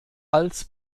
als